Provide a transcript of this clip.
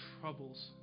troubles